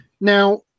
Now